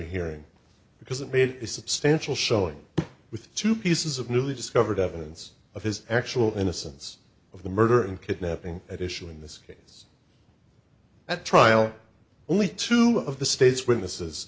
hearing because it made a substantial showing with two pieces of newly discovered evidence of his actual innocence of the murder and kidnapping at issue in this case at trial only two of the state's witnesses